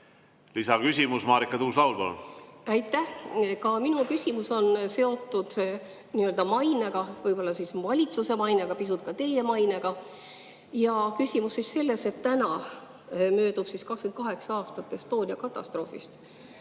Lisaküsimus, Marika Tuus-Laul, palun! Aitäh! Ka minu küsimus on seotud nii-öelda mainega, võib-olla siis valitsuse mainega, pisut ka teie mainega. Ja küsimus on selles, et täna möödub 28 aastat Estonia katastroofist,